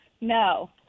No